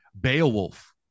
Beowulf